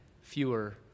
fewer